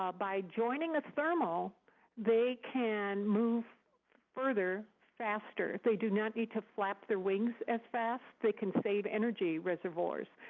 ah by joining a thermal they can move further faster. they do not need to flap their wings as fast. they can save energy reservoirs.